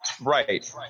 Right